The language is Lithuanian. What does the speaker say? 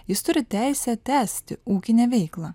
jis turi teisę tęsti ūkinę veiklą